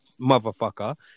motherfucker